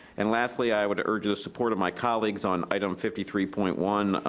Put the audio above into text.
and lastly i would urge the support of my colleagues on item fifty three point one,